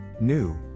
New